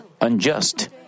unjust